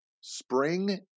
Spring